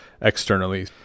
externally